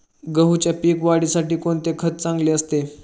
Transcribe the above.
गहूच्या पीक वाढीसाठी कोणते खत चांगले असते?